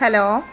hello